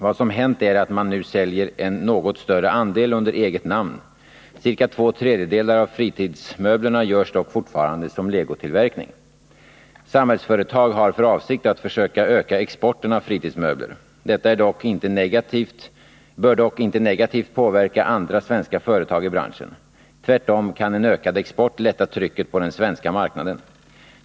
Vad som hänt är att man nu säljer en något större andel under eget namn. Ca två tredjedelar av fritidsmöblerna görs dock fortfarande som legotillverkning. Samhällsföretag har för avsikt att försöka öka exporten av fritidsmöbler. Detta bör dock inte negativt påverka andra svenska företag i branschen. Tvärtom kan en ökad export lätta trycket på den svenska marknaden.